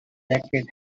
jacket